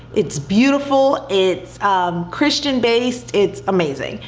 it's beautiful, it's christian-based, it's amazing,